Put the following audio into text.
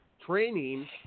training